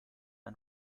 and